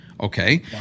okay